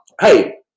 hey